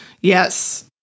Yes